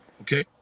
Okay